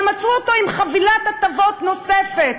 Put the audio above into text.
אבל מצאו אותו עם חבילת הטבות נוספת,